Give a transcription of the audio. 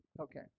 Okay